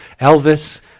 Elvis